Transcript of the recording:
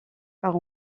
part